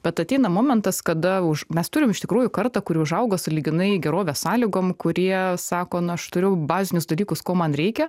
bet ateina momentas kada mes turim iš tikrųjų kartą kuri užaugo sąlyginai gerovės sąlygom kurie sako na aš turiu bazinius dalykus ko man reikia